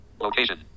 Location